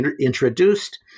introduced